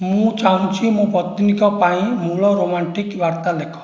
ମୁଁ ଚାହୁଁଛି ମୋ ପତ୍ନୀଙ୍କ ପାଇଁ ମୂଳ ରୋମାଣ୍ଟିକ ବାର୍ତ୍ତା ଲେଖ